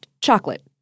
chocolate